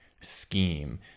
scheme